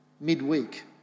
midweek